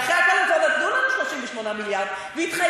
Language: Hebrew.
ואחרי הכול הם כבר נתנו לנו 38 מיליארד והתחייבנו